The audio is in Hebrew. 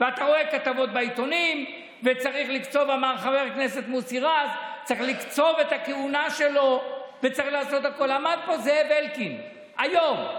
אני רוצה לומר שכאחד שבאמת בנה עשרות אלפי יחידות דיור בעיר בית שמש,